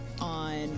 on